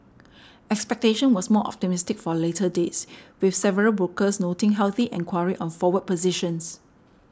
expectation was more optimistic for later dates with several brokers noting healthy enquiry on forward positions